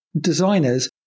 designers